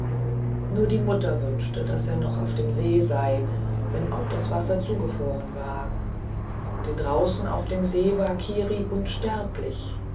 nur die mutter wünschte daß er noch auf dem see sei wenn auch das wasser zugefroren war denn draußen auf dem see war kiri unsterblich